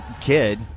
kid